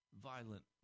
violent